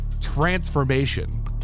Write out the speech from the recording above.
transformation